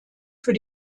für